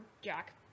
Jack